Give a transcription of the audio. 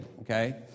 okay